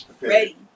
Ready